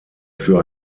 für